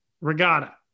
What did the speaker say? Regatta